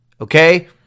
okay